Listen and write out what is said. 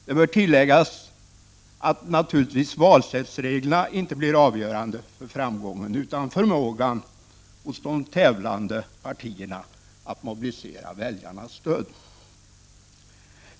Det bör tilläggas att valsättsreglerna naturligtvis inte blir avgörande för framgången; det blir förmågan hos de tävlande partierna att mobilisera väljarnas stöd.